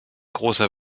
großer